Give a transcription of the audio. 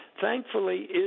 Thankfully